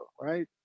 right